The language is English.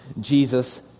Jesus